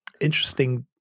interesting